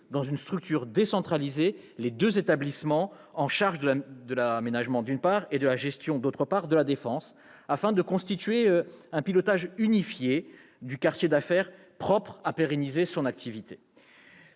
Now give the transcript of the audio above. dans une structure décentralisée les deux établissements chargés de l'aménagement et de la gestion de La Défense, afin de constituer un pilotage unifié du quartier d'affaires propre à pérenniser son activité